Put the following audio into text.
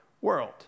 world